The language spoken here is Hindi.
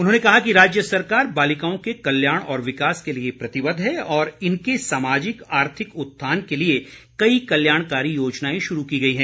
उन्होंने कहा कि राज्य सरकार बालिकाओं के कल्याण और विकास के लिए प्रतिबद्ध है और इनके सामाजिक आर्थिक उत्थान के लिए कई कल्याणकारी योजनाएं शुरू की गई हैं